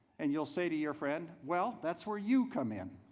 and you'll say to your friend well that's where you come in,